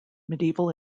medieval